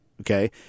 okay